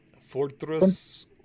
fortress